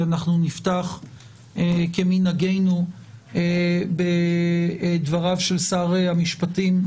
אנחנו נפתח כמנהגנו בדבריו של שר המשפטים.